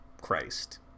Christ